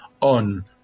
on